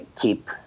keep